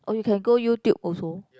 oh you can go YouTube also